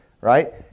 right